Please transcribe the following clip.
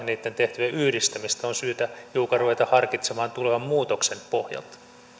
ja niitten tehtävien yhdistämistä on syytä hiukan ruveta harkitsemaan tulevan muutoksen pohjalta